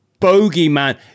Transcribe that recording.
bogeyman